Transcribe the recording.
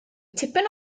tipyn